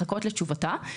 לחכות לתשובתה,